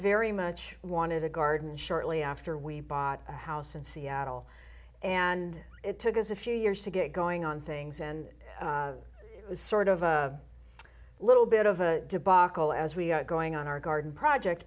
very much wanted a garden shortly after we bought a house in seattle and it took us a few years to get going on things and it was sort of a little bit of a debacle as we are going on our garden project